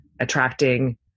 attracting